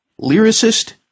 lyricist